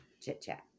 chit-chat